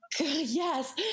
Yes